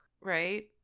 right